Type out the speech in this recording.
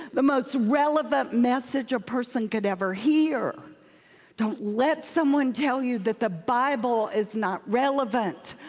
the most relevant message a person could ever hear don't let someone tell you that the bible is not relevant.